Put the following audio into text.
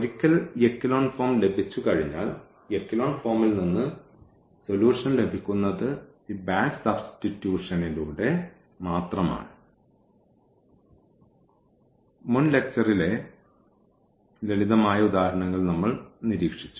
ഒരിക്കൽ echelon form ലഭിച്ചുകഴിഞ്ഞാൽ echelon ഫോമിൽ നിന്ന് സൊല്യൂഷൻ ലഭിക്കുന്നത് ഈ ബാക്ക് സബ്സ്റ്റിട്യൂഷനിലൂടെ മാത്രമാണ് മുൻ ലെക്ച്ചറിലെ ലളിതമായ ഉദാഹരണങ്ങളിൽ നമ്മൾ നിരീക്ഷിച്ചു